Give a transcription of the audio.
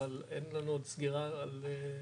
אבל אין לנו עוד סגירה על מספרים.